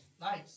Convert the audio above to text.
Nice